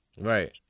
Right